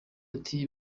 ati